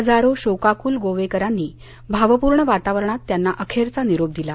हजारो शोकाकुल गोवेकारांनी भावपूर्ण वातावरणात त्यांना अखेरचा निरोप दिला